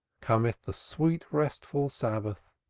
cometh the sweet restful sabbath,